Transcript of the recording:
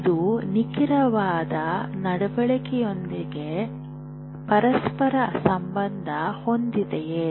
ಇದು ನಿಖರವಾದ ನಡವಳಿಕೆಯೊಂದಿಗೆ ಪರಸ್ಪರ ಸಂಬಂಧ ಹೊಂದಿದೆಯೇ